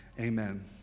amen